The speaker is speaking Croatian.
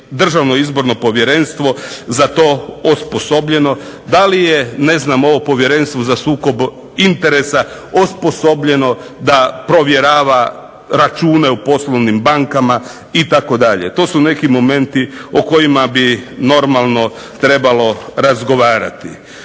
Državno izborno povjerenstvo osposobljeno, da li je ovo povjerenstvo za sukob interesa osposobljeno da provjerava račune u poslovnim bankama itd. To su neki momenti o kojima bi normalno trebalo razgovarati.